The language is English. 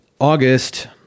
August